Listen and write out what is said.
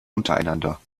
untereinander